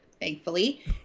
thankfully